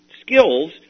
skills